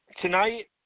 tonight